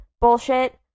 bullshit